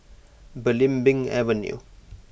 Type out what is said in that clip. Belimbing Avenue